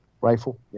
rifle